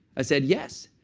i said, yes.